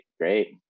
great